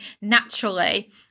naturally